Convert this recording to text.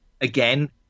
again